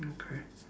okay